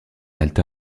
alta